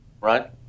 Right